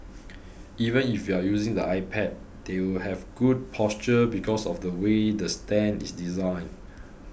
even if you're using the iPad they will have good posture because of the way the stand is designed